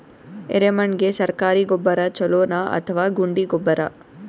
ಎರೆಮಣ್ ಗೆ ಸರ್ಕಾರಿ ಗೊಬ್ಬರ ಛೂಲೊ ನಾ ಅಥವಾ ಗುಂಡಿ ಗೊಬ್ಬರ?